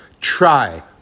Try